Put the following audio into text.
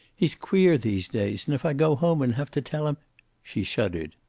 he's queer these days, and if i go home and have to tell him she shuddered.